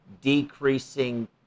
decreasing